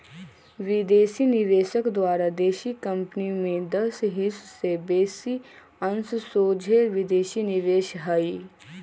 विदेशी निवेशक द्वारा देशी कंपनी में दस हिस् से बेशी अंश सोझे विदेशी निवेश हइ